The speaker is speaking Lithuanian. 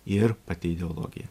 ir pati ideologija